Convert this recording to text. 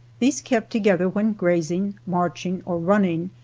these kept together when grazing, marching or running,